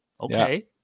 Okay